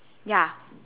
ya